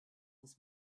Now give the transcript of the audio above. this